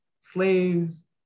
slaves